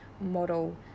model